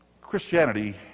Christianity